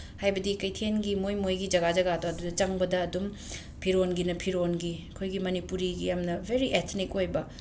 ꯍꯥꯏꯕꯗꯤ ꯀꯩꯊꯦꯜꯒꯤ ꯃꯣꯏ ꯃꯣꯏꯒꯤ ꯖꯒꯥ ꯖꯒꯥꯗꯣ ꯑꯗꯨꯗ ꯆꯪꯕꯗ ꯑꯗꯨꯝ ꯐꯤꯔꯣꯟꯒꯤꯅ ꯐꯤꯔꯣꯟꯒꯤ ꯑꯩꯈꯣꯏꯒꯤ ꯃꯅꯤꯄꯨꯔꯤꯒꯤ ꯌꯥꯝꯅ ꯑꯦꯊꯅꯤꯛ ꯑꯣꯏꯕ